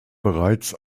bereits